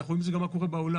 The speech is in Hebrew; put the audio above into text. אנחנו רואים גם מה קורה בעולם,